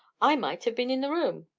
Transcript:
i might have been in the room.